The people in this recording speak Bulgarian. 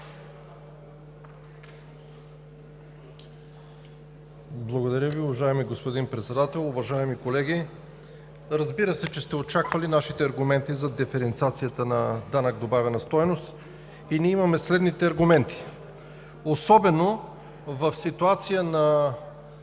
Благодаря Ви. Уважаеми господин Председател, уважаеми колеги! Разбира се, че сте очаквали нашите аргументи за диференциацията на данък добавена стойност. Ние имаме следните аргументи, особено в ситуация на